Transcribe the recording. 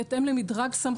בהתאם למדרג סמכויות,